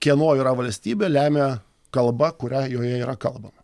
kieno yra valstybė lemia kalba kurią joje yra kalbama